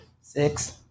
Six